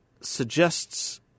suggests